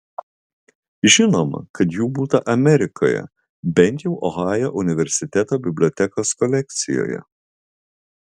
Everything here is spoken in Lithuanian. žinoma kad jų būta amerikoje bent jau ohajo universiteto bibliotekos kolekcijoje